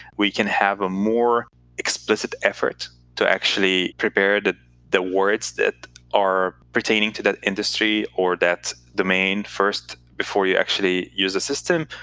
we can have a more explicit effort to actually prepare the words that are pertaining to that industry or that domain first, before you actually use a system,